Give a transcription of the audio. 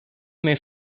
may